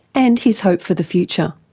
and his hope for the future.